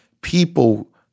People